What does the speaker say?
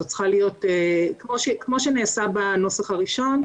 זה צריך להיות כמו שזה נעשה בנוסח הראשון,